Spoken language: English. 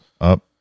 Up